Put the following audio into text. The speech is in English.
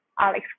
Alex